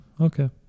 okay